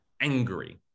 angry